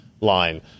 line